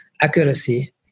accuracy